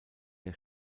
der